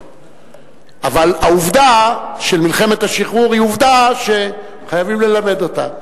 אבל העובדה של מלחמת השחרור היא עובדה שחייבים ללמד אותה.